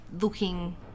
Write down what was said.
looking